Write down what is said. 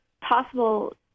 possible